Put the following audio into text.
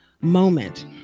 moment